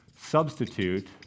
substitute